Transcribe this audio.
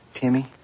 Timmy